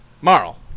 Marl